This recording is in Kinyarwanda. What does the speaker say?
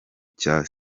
cya